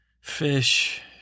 fish